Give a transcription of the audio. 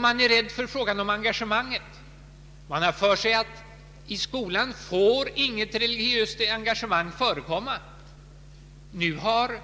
Man är rädd i fråga om engagemanget, och man har för sig att inget religiöst engagemang får förekomma i skolan. Nu har